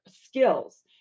skills